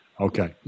Okay